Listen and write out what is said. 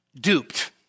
duped